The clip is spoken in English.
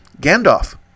Gandalf